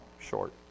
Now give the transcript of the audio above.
short